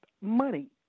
money